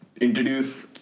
Introduce